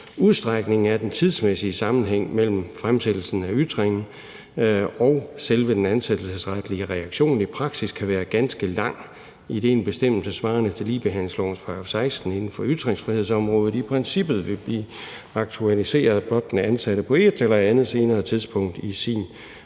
udstrækningen af den tidsmæssige sammenhæng mellem fremsættelsen af ytringen og selve den ansættelsesretlige reaktion i praksis kan være ganske lang, idet en bestemmelse svarende til ligebehandlingslovens § 16 inden for ytringsfrihedsområdet i princippet vil blive aktualiseret, blot den ansatte på et eller andet senere tidspunkt i sin